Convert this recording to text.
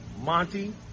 Monty